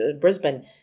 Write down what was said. Brisbane